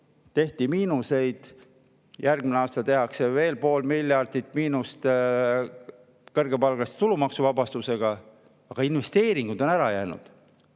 tehti miinuseid, järgmisel aastal tehakse veel pool miljardit miinust kõrgepalgaliste tulumaksuvabastusega, aga investeeringud on ära jäänud.